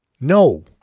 no